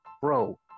Bro